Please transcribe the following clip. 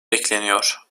bekleniyor